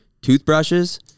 toothbrushes